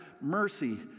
mercy